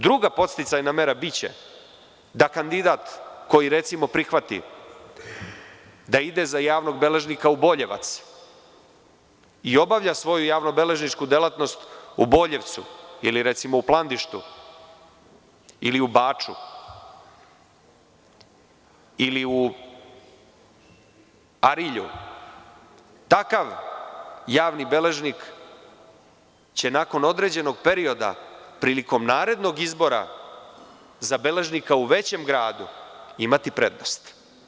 Druga podsticajna mera biće da kandidat koji, recimo, prihvati da ide za javnog beležnika u Boljevac i obavlja svoju javnobeležničku delatnost u Boljevcu ili u Plandištu ili u Baču ili u Arilju, takav javni beležnik će nakon određenog perioda, prilikom narednog izbora za beležnika u većem gradu, imati prednost.